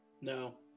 No